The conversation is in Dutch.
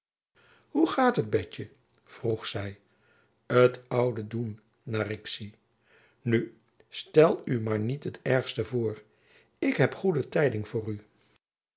hoe gaat het betjen vroeg zy t oude doen naar ik zie nu stel u maar niet het ergste voor ik heb goede tijding voor u